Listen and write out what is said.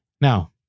now